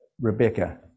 Rebecca